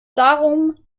darum